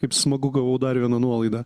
kaip smagu gavau dar vieną nuolaidą